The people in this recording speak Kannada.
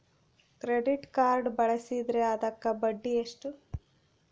ಕ್ರೆಡಿಟ್ ಕಾರ್ಡ್ ಬಳಸಿದ್ರೇ ಅದಕ್ಕ ಬಡ್ಡಿ ಎಷ್ಟು?